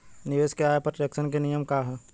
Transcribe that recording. निवेश के आय पर टेक्सेशन के नियम का ह?